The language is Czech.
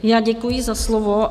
Já děkuji za slovo.